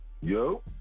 yo